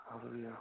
Hallelujah